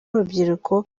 urubyiruko